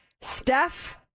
Steph